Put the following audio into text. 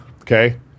Okay